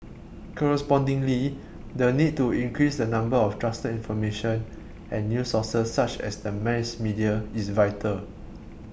correspondingly the need to increase the number of trusted information and news sources such as the mass media is vital